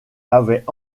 avait